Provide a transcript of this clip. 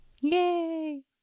Yay